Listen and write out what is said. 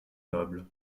noble